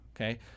Okay